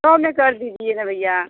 सौ में कर दीजिए ना भईया